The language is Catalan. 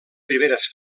primeres